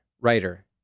writer